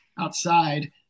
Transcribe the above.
outside